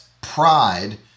pride